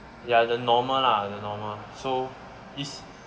ya the normal lah the normal so it's